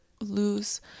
lose